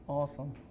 Awesome